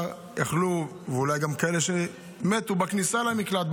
אולי יש כאלה שמתו בכניסה למקלט,